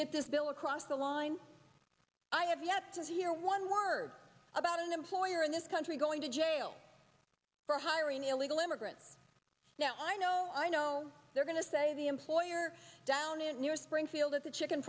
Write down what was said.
get this bill across the line i have yet to hear one word about an employer in this country going to jail for hiring illegal immigrants now i know i know they're going to say the employer down at near springfield at the chicken